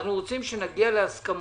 אנחנו רוצים שנגיע להסכמות,